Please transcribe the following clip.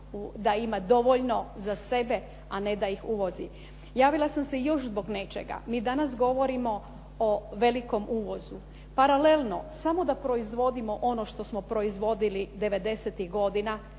da ima dovoljno za sebe, a ne da ih uvozi. Javila sam se još zbog nečega. Mi danas govorimo o velikom uvozu. Paralelno, samo da proizvodimo ono što smo proizvodili '90.-tih godina